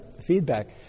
Feedback